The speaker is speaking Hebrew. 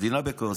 המדינה בכאוס,